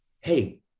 hey